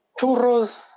churros